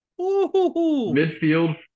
midfield